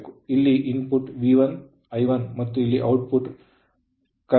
ಇಲ್ಲಿ ಇನ್ಪುಟ್ V1I1ಮತ್ತು ಇಲ್ಲಿ ಔಟ್ಪುಟ್ ಪ್ರಸ್ತುತ ಈಸ್ V2 I2ಆಗಿದೆ